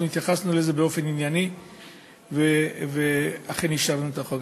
התייחסנו לזה באופן ענייני ואכן אישרנו את החוק.